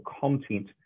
content